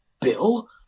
Bill